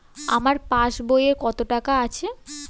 আমার পাস বইয়ে কত টাকা আছে?